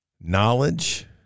Knowledge